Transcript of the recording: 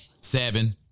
Seven